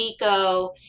Miko